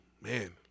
Man